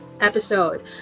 episode